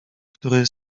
który